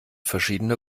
verschiedene